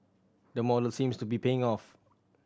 the model seems to be paying off